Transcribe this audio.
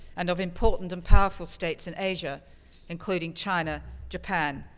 and of important and powerful states in asia including china, japan,